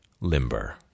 limber